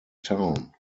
town